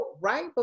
Right